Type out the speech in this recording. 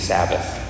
Sabbath